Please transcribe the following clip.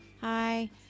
Hi